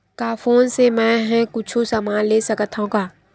का फोन से मै हे कुछु समान ले सकत हाव का?